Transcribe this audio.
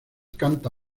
canta